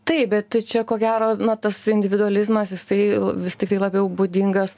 taip bet čia ko gero na tas individualizmas jisai vis tiktai labiau būdingas